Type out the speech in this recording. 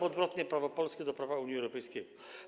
Odwrotnie: prawo polskie do prawa Unii Europejskiej.